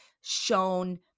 shown